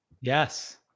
Yes